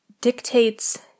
dictates